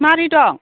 माबोरै दं